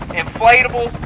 inflatable